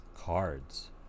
Cards